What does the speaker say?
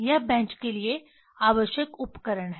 यह बेंच के लिए आवश्यक उपकरण है